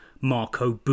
Marco